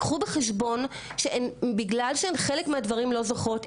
קחו בחשבון שהן חלק מהדברים לא זוכרות,